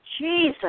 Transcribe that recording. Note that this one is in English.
Jesus